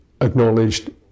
acknowledged